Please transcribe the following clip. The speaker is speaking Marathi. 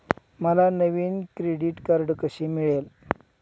मला नवीन क्रेडिट कार्ड कसे मिळेल?